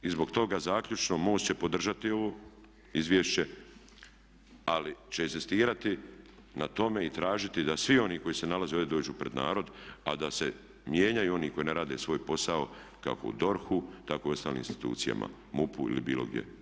I zbog toga zaključno MOST će podržati ovo izvješće, ali će inzistirati na tome i tražiti da svi oni koji se nalaze ovdje dođu pred narod, a da se mijenjaju oni koji ne rade svoj posao kako u DORH-u tako i u ostalim institucijama, MUP-u ili bilo gdje.